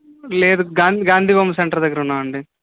లేదు గాంధీ బొమ్మ సెంటర్ దగ్గర ఉన్నామండి